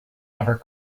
ever